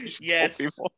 yes